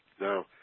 Now